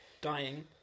dying